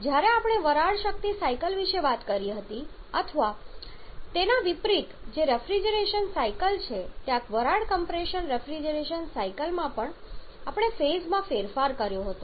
જ્યારે આપણે વરાળ શક્તિ સાયકલ વિશે વાત કરી હતી અથવા તેના વિપરીત જે રેફ્રિજરેશન સાયકલ છે ત્યાં વરાળ કમ્પ્રેશન રેફ્રિજરેશન સાયકલ માં આપણે ફેઝમાં ફેરફાર કર્યો હતો